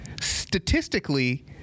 Statistically